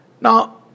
Now